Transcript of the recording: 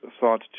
thought